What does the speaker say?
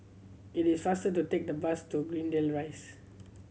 it is faster to take the bus to Greendale Rise